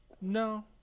No